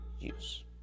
use